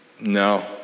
No